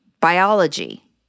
biology